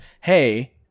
hey